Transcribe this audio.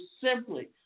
simply